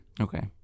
Okay